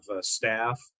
staff